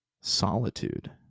solitude